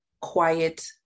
quiet